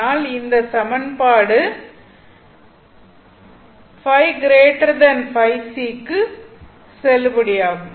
ஆனால் இந்த சமன்பாடு Ø forc க்கு செல்லுபடியாகும்